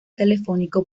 telefónico